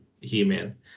He-Man